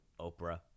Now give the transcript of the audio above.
Oprah